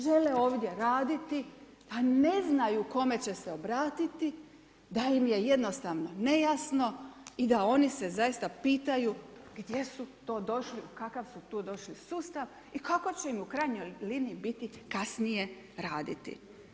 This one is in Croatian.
Žele ovdje raditi, a ne znaju kome će se obratiti, da li im je jednostavno nejasno i da oni se zaista pitaju gdje su to došli, u kakav su to došli sustav i u kako će im u krajnjoj liniji biti kasnije raditi.